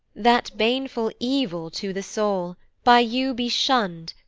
that baneful evil to the soul, by you be shun'd,